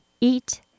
eat